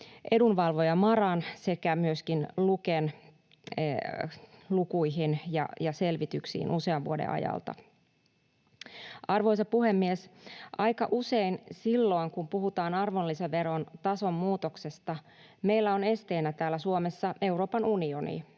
edunvalvoja MaRan sekä myöskin Luken lukuihin ja selvityksiin usean vuoden ajalta. Arvoisa puhemies! Aika usein silloin, kun puhutaan arvonlisäveron tason muutoksesta, meillä on esteenä täällä Suomessa Euroopan unioni